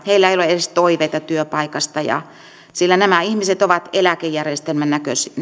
heillä ei ole edes toiveita työpaikasta sillä nämä ihmiset ovat eläkejärjestelmän